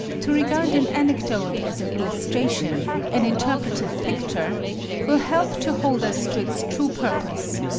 to regard an anecdote as an illustration an interpretive picture will help to hold us to its true purpose,